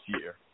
year